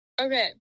Okay